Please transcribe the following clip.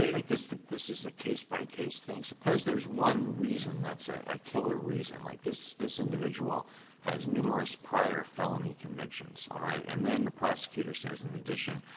think this is this is a case-by-case thing? suppose there's one reason that's ah a killer reason? like this this individual has numerous prior felony convictions, all right? and then the prosecutor says in addition,